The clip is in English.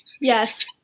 yes